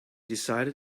decided